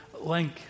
link